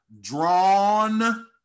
drawn